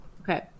Okay